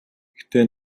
гэхдээ